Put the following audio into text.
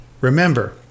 remember